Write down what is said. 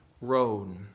road